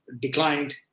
declined